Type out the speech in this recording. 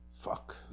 fuck